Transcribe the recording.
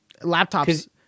laptops